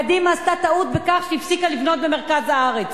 קדימה עשתה טעות בכך שהיא הפסיקה לבנות במרכז הארץ.